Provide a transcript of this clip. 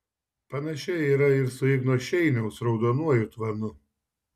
panašiai yra ir su igno šeiniaus raudonuoju tvanu